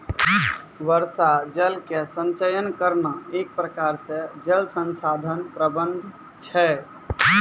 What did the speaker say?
वर्षा जल के संचयन करना एक प्रकार से जल संसाधन प्रबंधन छै